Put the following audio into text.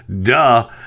Duh